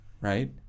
right